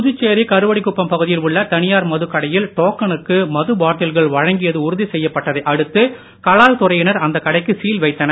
புதுச்சேரி கருவடிக்குப்பம் பகுதியில் உள்ள தனியார் மதுக்கடையில் டோக்கனுக்கு மதுப்பாட்டில்கள் வழங்கியது உறுதி செய்யப்பட்டதை அடுத்து கலால் துறையினர் அந்த கடைக்கு சீல் வைத்தனர்